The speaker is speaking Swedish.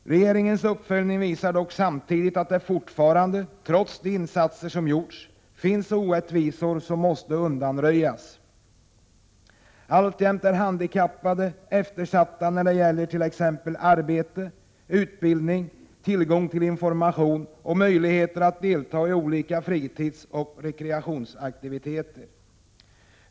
Regeringens uppföljning visade dock samtidigt att det fortfarande — trots de insatser som gjorts — finns orättvisor som måste undanröjas. Alltjämt är handikappade eftersatta när det gäller t.ex. arbete, utbildning, tillgång till information och möjligheter att delta i olika fritidsoch rekreationsaktiviteter.